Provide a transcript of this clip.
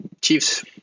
Chiefs